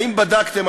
האם בדקתם,